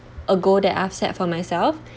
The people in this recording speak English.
a goal that I've set for myself